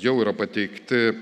jau yra pateikti